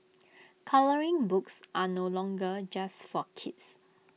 colouring books are no longer just for kids